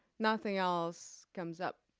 nothing else comes up.